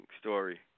story